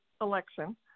election